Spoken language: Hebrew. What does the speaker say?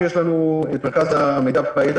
יש לנו את מרכז המידע והידע,